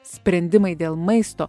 sprendimai dėl maisto